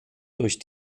durch